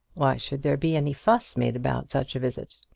why should there be any fuss made about such a visit?